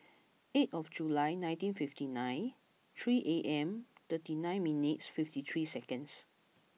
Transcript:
eight of July nineteen fifty nine three A M thirty nine minutes fifty three seconds